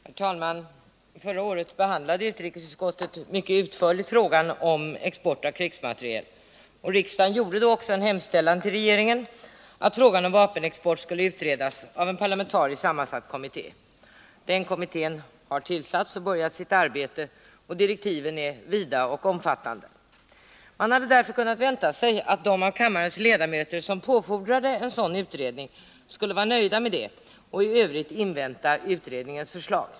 Herr talman! Förra året behandlade utrikesutskottet mycket utförligt frågan om export av krigsmateriel. Riksdagen gjorde då också en hemställan till regeringen att frågan om vapenexport skulle utredas av en parlamentariskt sammansatt kommitté. Den kommittén har tillsatts och börjat sitt arbete. Direktiven är vida och omfattande. Man hade därför kunnat vänta sig att de av kammarens ledamöter som påfordrade en sådan utredning skulle vara nöjda med detta och i övrigt invänta utredningens förslag.